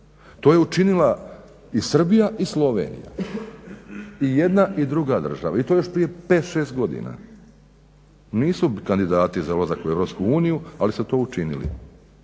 To je učinila i Srbija i Slovenija. I jedna i druga država. I to još prije 5, 6 godina. Nisu kandidati za ulazak u EU ali su to učinili.